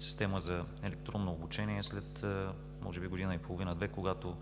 система за електронно обучение след може би година и половина – две, когато